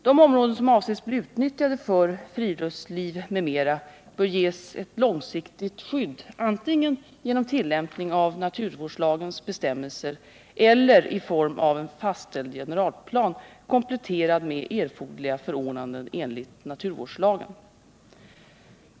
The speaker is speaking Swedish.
De områden som avses bli utnyttjade för friluftsliv m.m. bör ges ett långsiktigt skydd antingen genom tillämpning av naturvårdslagens bestämmelser eller i form av en fastställd generalplan kompletterad med erforderliga förordnanden enligt naturvårdslagen.